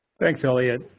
thanks elliot.